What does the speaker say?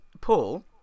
Paul